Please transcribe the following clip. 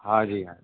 हाँ जी हाँ